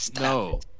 No